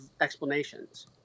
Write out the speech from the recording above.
explanations